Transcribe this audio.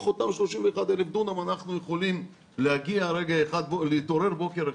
אותם 31,000 דונם אנחנו יכולים להתעורר בוקר אחד,